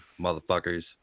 motherfuckers